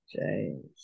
James